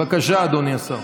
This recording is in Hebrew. בבקשה, אדוני השר.